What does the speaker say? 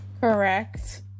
Correct